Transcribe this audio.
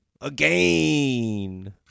again